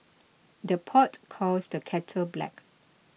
the pot calls the kettle black